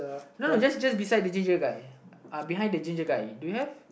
no no just just beside the ginger guy uh behind the ginger guy do you have